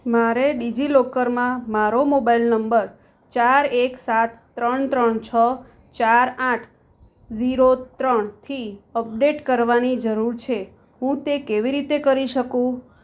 મારે ડિજિલોકરમાં મારો મોબાઇલ નંબર ચાર એક સાત ત્રણ ત્રણ છ ચાર આઠ ઝીરો ત્રણથી અપડેટ કરવાની જરૂર છે હું તે કેવી રીતે કરી શકું